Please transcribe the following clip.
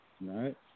Right